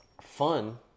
fun